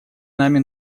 нами